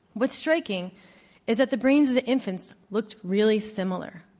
what's striking is that the brains of the infants looked really similar.